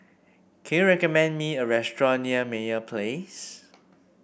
can you recommend me a restaurant near Meyer Place